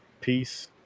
Peace